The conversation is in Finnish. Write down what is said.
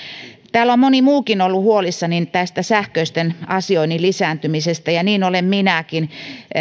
täällä on moni muukin ollut huolissaan tästä sähköisen asioinnin lisääntymisestä ja niin olen minäkin